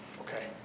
Okay